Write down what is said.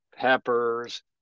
peppers